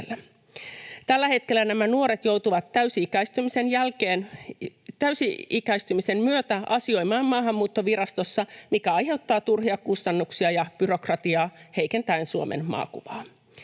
Tällä hetkellä nämä nuoret joutuvat täysi-ikäistymisen myötä asioimaan Maahanmuuttovirastossa, mikä aiheuttaa turhia kustannuksia ja byrokratiaa heikentäen Suomen maakuvaa.